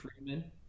Freeman